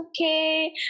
okay